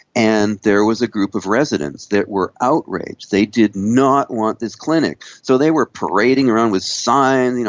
and there was a group of residents that were outraged, they did not want this clinic. so they were parading around with signs, you know